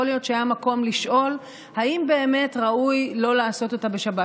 יכול להיות שהיה מקום לשאול אם באמת ראוי לא לעשות אותה בשבת.